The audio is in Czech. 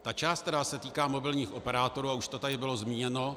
Ta část, která se týká mobilních operátorů, a už to tady bylo zmíněno.